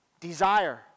desire